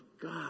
God